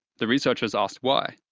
the researchers asked why.